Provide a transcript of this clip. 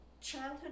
Childhood